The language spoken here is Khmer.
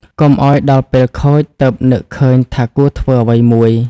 កុំឲ្យដល់ពេលខូច ទើបនឹកឃើញថាគួរធ្វើអ្វីមួយ។